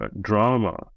drama